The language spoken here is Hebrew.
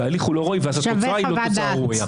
ההליך הוא לא ראוי והתוצאה לא תוצאה ראויה.